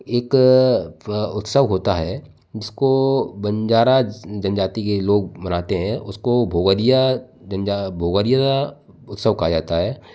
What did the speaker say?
एक उत्सव होता है जिसको बंजारा जनजाति के लोग मनाते है उसको गोवतिया गोवतिया उत्सव कहा जाता है